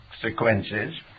consequences